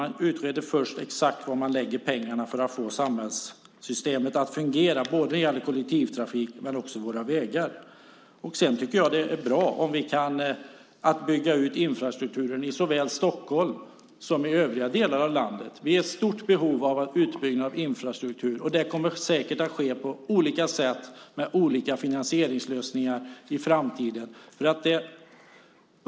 Man utreder först exakt var man ska lägga pengarna för att få samhällssystemet att fungera när det gäller kollektivtrafik men också våra vägar. Det är bra om vi kan bygga ut infrastrukturen såväl i Stockholm som i övriga delar av landet. Vi är i stort behov av utbyggnad av infrastruktur. Det kommer säkert att ske på olika sätt med olika finansieringslösningar i framtiden.